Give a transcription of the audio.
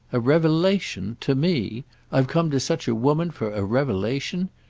a revelation' to me i've come to such a woman for a revelation?